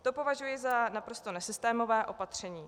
To považuji za naprosto nesystémové opatření.